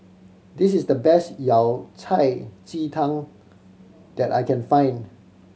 this is the best Yao Cai ji tang that I can find